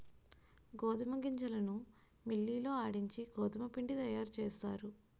గోధుమ గింజలను మిల్లి లో ఆడించి గోధుమపిండి తయారుచేస్తారు